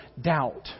doubt